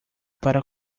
para